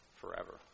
forever